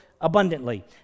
abundantly